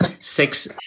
six